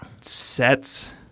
sets